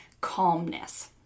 calmness